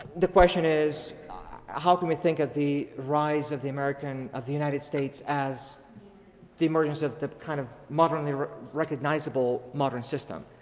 the question, ah how can we think of the rise of the american of the united states as the emergence of the kind of modernly recognizable modern system?